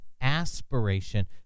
aspiration